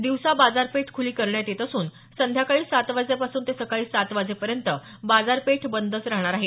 दिवसा बाजारपेठ खुली करण्यात येत असून संध्याकाळी सात वाजेपासून ते सकाळी सात वाजेपर्यंत बाजारपेठ बंदच राहणार आहे